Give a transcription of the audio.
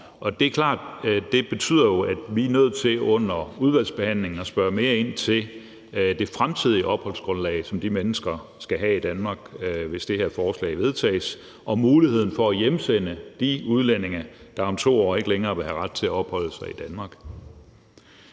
til under udvalgsbehandlingen at spørge mere ind til det fremtidige opholdsgrundlag, som de mennesker skal have i Danmark, hvis det her forslag vedtages, og muligheden for at hjemsende de udlændinge, der om 2 år ikke længere vil have ret til at opholde sig i Danmark.